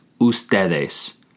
ustedes